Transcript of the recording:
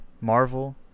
marvel